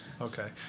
okay